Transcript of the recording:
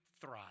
thrive